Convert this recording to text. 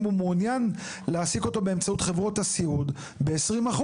הוא מעוניין להעסיק אותו באמצעות חברות הסיעוד ב-20%.